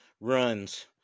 runs